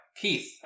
Keith